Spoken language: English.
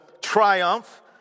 triumph